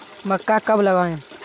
मक्का कब लगाएँ?